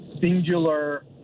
singular